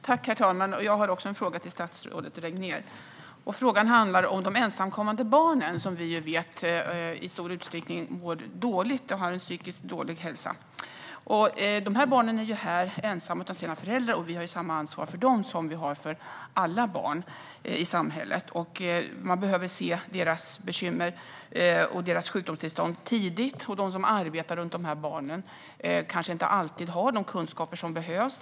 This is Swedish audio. Herr talman! Också jag har en fråga till statsrådet Regnér. Frågan handlar om de ensamkommande barnen, som vi vet i stor utsträckning mår dåligt och har en dålig psykisk hälsa. Dessa barn är här ensamma utan sina föräldrar. Vi har samma ansvar för dem som vi har för alla barn i samhället. Man behöver se deras bekymmer och deras sjukdomstillstånd tidigt. De som arbetar runt dessa barn kanske inte alltid har de kunskaper som behövs.